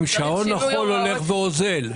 גם שעון החול הולך ואוזן.